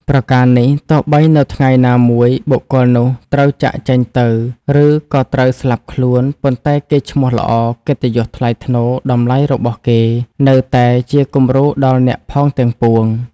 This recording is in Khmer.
ប្រការនេះ ទោះបីនៅថ្ងៃណាមួយបុគ្គលនោះត្រូវចាកចេញទៅ ឬក៏ត្រូវស្លាប់ខ្លួន ប៉ុន្តែកេរ្តិ៍ឈ្មោះល្អ កិត្តិយសថ្លៃថ្នូរ តម្លៃរបស់គេ នៅតែជាគំរូដល់អ្នកផងទាំងពួង។